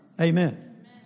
Amen